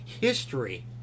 History